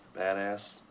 Badass